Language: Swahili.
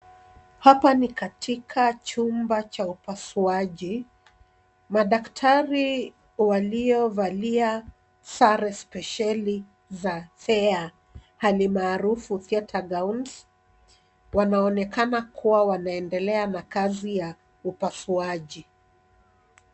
Hapa ni katika chumba cha upasuaji madaktari walio valia sare spesheli za thea hali maarufu theater gowns . Wanaonekana kuwa wanaendelea na kazi ya upasuaji.